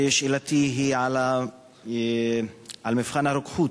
שאלתי היא על מבחן הרוקחות,